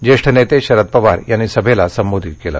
ज्येष्ठ नेते शरद पवार यांनी सभेला संबोधित केलं